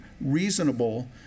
reasonable